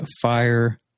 Fire